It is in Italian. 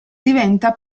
diventa